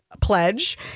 pledge